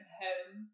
home